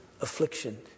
affliction